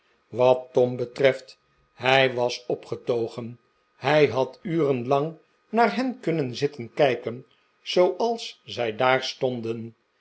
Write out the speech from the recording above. wat tom betreft hij was opgetogen hij had uren lang naar hen kunnen zitten kijken zooals zij daar stonden